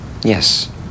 Yes